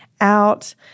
out